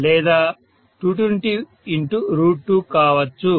లేదా 2202 కావచ్చు